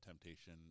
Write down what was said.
temptation